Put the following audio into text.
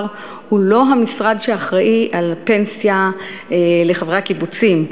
הוא לא המשרד שאחראי לפנסיה לחברי הקיבוצים.